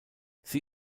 sie